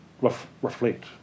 reflect